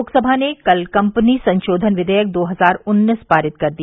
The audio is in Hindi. लोकसभा ने कल कंपनी संशोधन विधेयक दो हजार उन्नीस पारित कर दिया